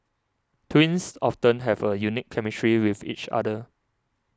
twins often have a unique chemistry with each other